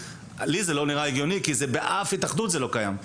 לי זה לא נראה הגיוני כי באף התאחדות זה לא קיים.